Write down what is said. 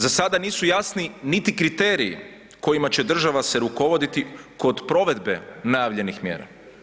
Za sada nisu jasni niti kriteriji kojima će se država rukovoditi kod provedbe najavljenih mjera.